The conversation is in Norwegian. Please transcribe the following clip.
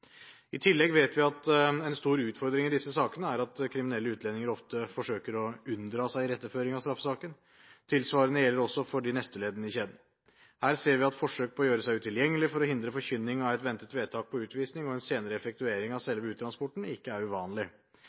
I tillegg vet vi at en stor utfordring i disse sakene er at kriminelle utledninger ofte forsøker å unndra seg iretteføring av straffesaken. Tilsvarende gjelder også for de neste leddene i kjeden. Her ser vi at forsøk på å gjøre seg utilgjengelig for å hindre forkynning av et ventet vedtak på utvisning og en senere effektuering av selve uttransporten, ikke er uvanlig.